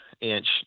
inch